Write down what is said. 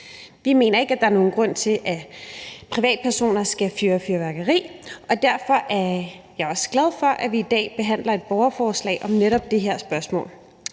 Vi mener ikke, at der er nogen grund til, at privatpersoner skal fyre fyrværkeri af, og derfor er jeg også glad for, at vi i dag behandler et borgerforslag om netop det her spørgsmål.